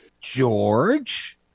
George